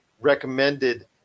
recommended